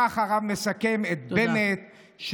כך הרב מסכם את בנט, תודה.